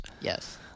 Yes